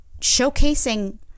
showcasing